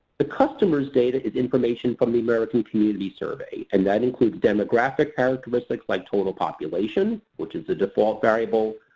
the customers data is information from the american community survey and that includes demographic characteristics like total population, which is the default variable,